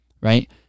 Right